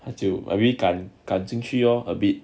他就敢敢进去 lor a bit